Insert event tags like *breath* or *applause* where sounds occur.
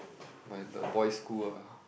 *breath* my the boys school ah